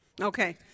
okay